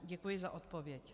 Děkuji za odpověď.